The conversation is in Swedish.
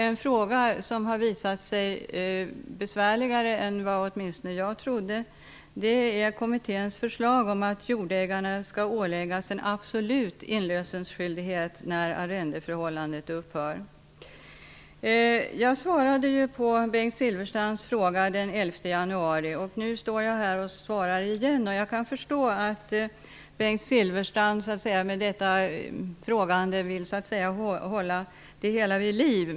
En fråga som visat sig besvärligare än vad åtminstone jag trodde är kommitténs förslag om att jordägarna skall åläggas en absolut inlösensskyldighet när arrendeförhållandet upphör. Jag svarade på Bengt Silfverstrands fråga den 11 januari, och nu svarar jag igen. Jag kan förstå att Bengt Silfverstrand med detta frågande vill hålla frågan vid liv.